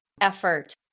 effort